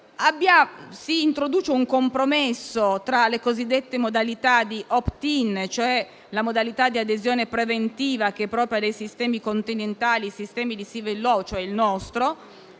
Si introduce un compromesso tra le cosiddette modalità di *opt in,* cioè la modalità di adesione preventiva, che è propria dei sistemi continentali di *civil law* come il nostro,